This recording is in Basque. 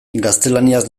gaztelaniaz